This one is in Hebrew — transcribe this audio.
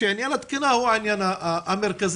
שעניין התקינה הוא העניין המרכזי,